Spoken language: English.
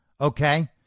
Okay